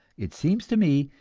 it seems to me,